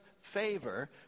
favor